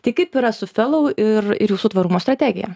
tai kaip yra su fellow ir ir jūsų tvarumo strategija